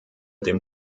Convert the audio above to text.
dem